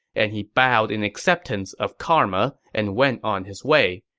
and he bowed in acceptance of karma and went on his way.